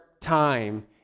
time